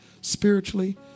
spiritually